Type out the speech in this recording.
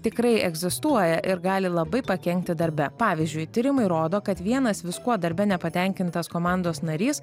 tikrai egzistuoja ir gali labai pakenkti darbe pavyzdžiui tyrimai rodo kad vienas viskuo darbe nepatenkintas komandos narys